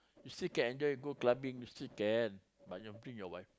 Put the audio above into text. you still can enjoy go clubbing you still can but you bring your wife